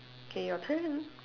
K your turn